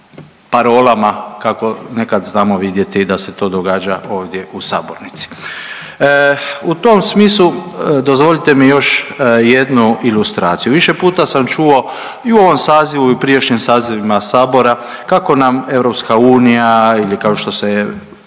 parolama kako nekad znamo vidjeti da se to događa ovdje u sabornici. U tom smislu dozvolite mi još jednu ilustraciju. Više puta sam čuo i u ovom sazivu i u prijašnjim sazivima sabora kako nam EU ili kao što se